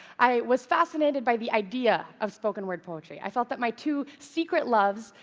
i was fascinated by the idea of spoken-word poetry. i felt that my two secret loves,